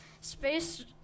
Space